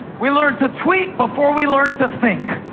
we learn to tweet before we learn to think.